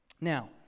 Now